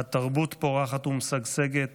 התרבות פורחת ומשגשגת